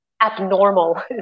abnormal